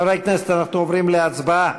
חברי הכנסת, אנחנו עוברים להצבעה.